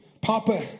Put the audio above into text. Papa